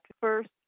first